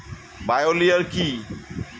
Bio লিওর কি?